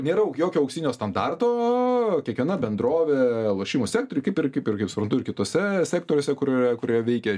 nėra jokio auksinio standarto kiekviena bendrovė lošimų sektoriuj kaip ir kaip ir kaip suprantu ir kituose sektoriuose kur yra kurioje veikia